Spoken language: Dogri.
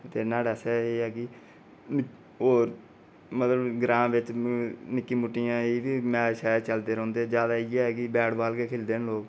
ते न्हाड़े आस्तै एगह् ऐ कि होर मतलब ग्रां बिच निक्की मुटियां एह् बी मैच शैच चलदे चलो इ'यै ऐ कि बैट बाॅल गै खेढदे लोक